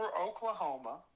Oklahoma